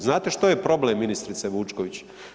Znate što je problem ministrice Vučković?